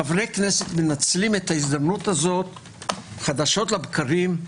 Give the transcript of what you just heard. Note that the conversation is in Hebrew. חברי כנסת מנצלים את ההזדמנות הזו חדשות לבקרים,